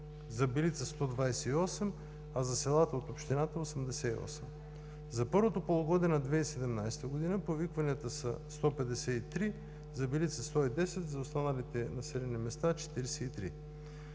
за Белица 128, а за селата от общината 88. За първото полугодие на 2017 г. повикванията са 153 – за Белица 110, за останалите населени места 43.